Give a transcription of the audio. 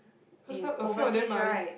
also a few of them my